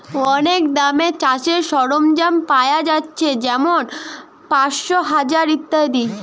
অনেক দামে চাষের সরঞ্জাম পায়া যাচ্ছে যেমন পাঁচশ, হাজার ইত্যাদি